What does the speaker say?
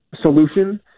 solution